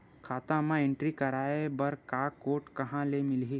खाता म एंट्री कराय बर बार कोड कहां ले मिलही?